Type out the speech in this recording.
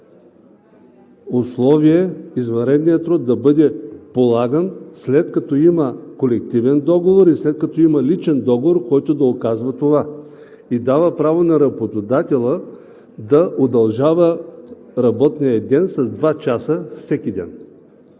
условие извънредният труд да бъде полаган, след като има колективен договор и след като има личен договор, който да указва това. И дава право на работодателя да удължава работния ден с два часа всеки ден,